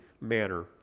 manner